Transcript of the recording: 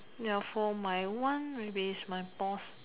ya for my one maybe is my boss